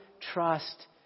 trust